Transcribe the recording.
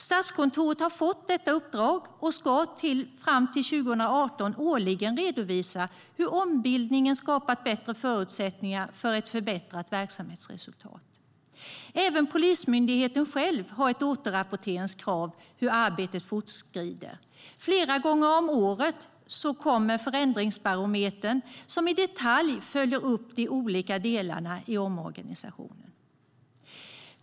Statskontoret har fått detta uppdrag och ska fram till 2018 årligen redovisa hur ombildningen skapat bättre förutsättningar för ett förbättrat verksamhetsresultat. Även Polismyndigheten själv har ett återrapporteringskrav i fråga om hur arbetet fortskrider. Flera gånger om året kommer förändringsbarometern, som i detalj följer upp de olika delarna i omorganisationen.